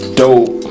dope